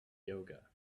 yoga